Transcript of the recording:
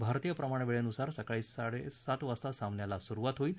भारतीय प्रमाण वेळेनुसार सकाळी सात वाजता सामन्याला सुरुवात होईल